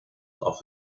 off